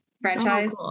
Franchise